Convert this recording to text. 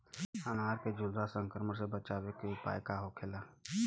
अनार के झुलसा संक्रमण से बचावे के उपाय का होखेला?